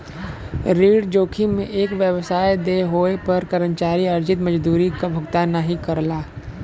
ऋण जोखिम में एक व्यवसाय देय होये पर कर्मचारी अर्जित मजदूरी क भुगतान नाहीं करला